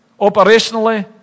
operationally